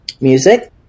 music